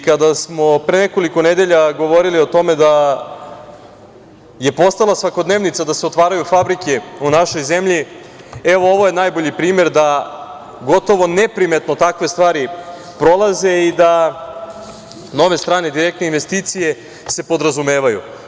Kada smo pre nekoliko nedelja govorili o tome da je postala svakodnevica da se otvaraju fabrike u našoj zemlji, evo, ovo je najbolji primer da gotovo neprimetno takve stvari prolaze i da nove strane direktne investicije se podrazumevaju.